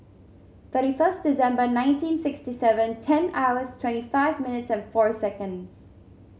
thirty first December nineteen sixty seven ten hours twenty five minutes and four seconds